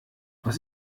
aus